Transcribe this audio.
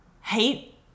hate